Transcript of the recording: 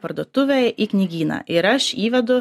parduotuvę į knygyną ir aš įvedu